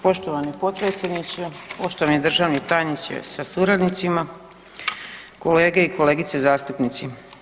Poštovani potpredsjedniče, poštovani državni tajniče sa suradnicima, kolege i kolegice zastupnici.